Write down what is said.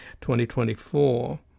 2024